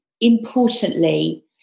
importantly